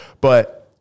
but-